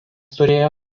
turėjo